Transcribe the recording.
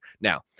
Now